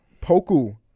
Poku